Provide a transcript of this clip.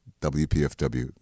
WPFW